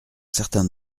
certain